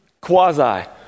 Quasi